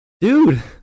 Dude